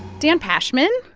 dan pashman,